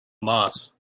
moss